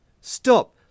Stop